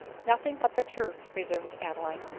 nothing but the truth! resumed adeline.